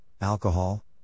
alcohol